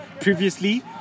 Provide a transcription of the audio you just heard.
previously